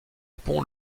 pont